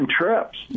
trips